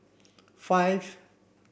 five